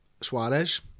Suarez